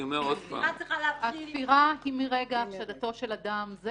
הספירה היא מרגע החשדתו של אדם,